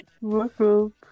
Welcome